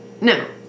no